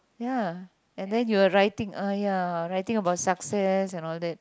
ya and then you were writing ah ya writing about success and all that